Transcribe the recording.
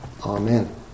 Amen